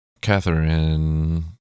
Catherine